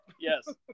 Yes